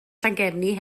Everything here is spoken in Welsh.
llangefni